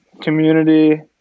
Community